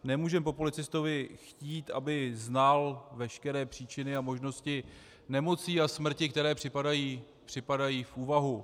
Nemůžeme po policistovi chtít, aby znal veškeré příčiny a možnosti nemocí a smrti, které připadají v úvahu.